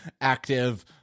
active